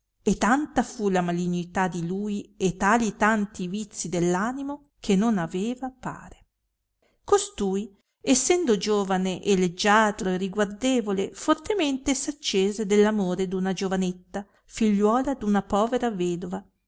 e tanta fu la malignità di lui e tali e tanti i vizii dell animo che non aveva pare costui essendo giovane leggiadro e riguardevole fortemente s accese dell amore d una giovanetta figliuola d'una povera vedova